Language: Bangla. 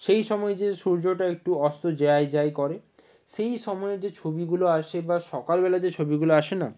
সেই সময় যে সূর্যটা একটু অস্ত যায় যায় করে সেই সময়ে যে ছবিগুলো আসে বা সকালবেলা যে ছবিগুলো আসে না